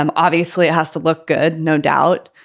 um obviously, it has to look good, no doubt.